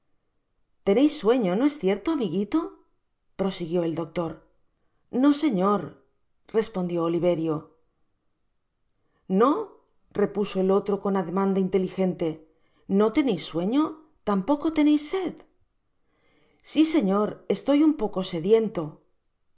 teneis sueño no es cierto amiguito prosiguió el doctor t no señor respondió oliverio no repuso el otro con ademan de inteligente no teneis sueño tampoco teneis sed i si señor estoy un poco sediento